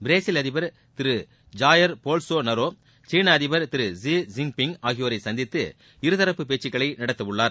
Brazil அதிபர் Jair Bolsonaro சீன அதிபர் ஜி ஜின் பிங் ஆகியோரையும் சந்தித்து இருதரப்பு பேச்சுக்களை நடத்தவுள்ளார்